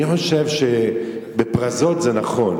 אני חושב שב"פרזות" זה נכון.